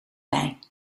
bij